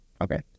okay